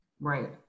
right